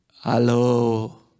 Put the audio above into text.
Hello